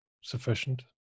sufficient